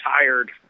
tired